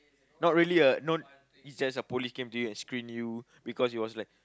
not really ah no is just a police came to you and screen you because he was like